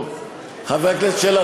חבר הכנסת שלח,